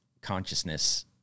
consciousness